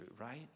right